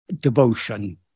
devotion